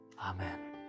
Amen